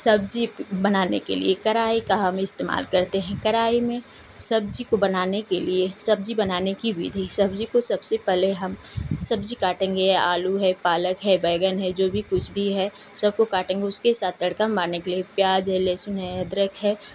सब्जी बनाने के लिए कड़ाही का हम इस्तेमाल करते हैं कड़ाही में सब्जी को बनाने के लिए सब्जी बनाने की विधि सब्जी को सबसे पहले हम सब्जी काटेंगे आलू है पालक है बैंगन है जो भी कुछ भी है सबसे पहले काटेंगे उसके साथ तड़का मारने के लिए हम प्याज है लहसुन है अदरक है